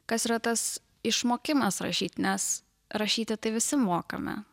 kas yra tas išmokimas rašyt nes rašyti tai visi mokame